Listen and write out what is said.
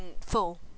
full